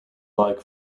like